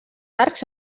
arcs